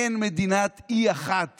אין מדינת אי אחת